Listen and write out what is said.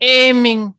aiming